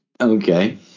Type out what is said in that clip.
Okay